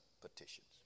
petitions